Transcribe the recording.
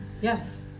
Yes